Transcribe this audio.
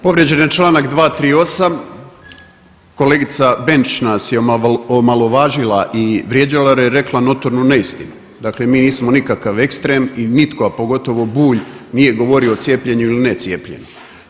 Povrijeđen je čl. 238., kolegica Benčić nas je omalovažila i vrijeđala jer je rekla notorna neistinu, dakle mi nismo nikakav ekstrem i nitko, a pogotovo Bulj nije govorio o cijepljenju ili ne cijepljenju.